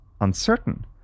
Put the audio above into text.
uncertain